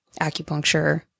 acupuncture